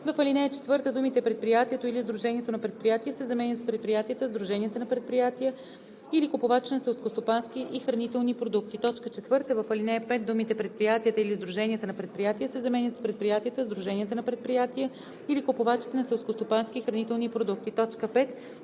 а думите „предприятия и сдружения на предприятия“ се заменят с „предприятия, сдружения на предприятия или купувачи на селскостопански и хранителни продукти“. 2. В ал. 2: а) в т. 1 думите „предприятията или сдруженията на предприятия“ се заменят с „предприятията, сдруженията на предприятия или купувачите на селскостопански и хранителни продукти“; б) в т.